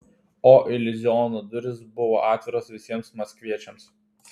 o iliuziono durys buvo atviros visiems maskviečiams